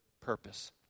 purpose